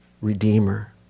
Redeemer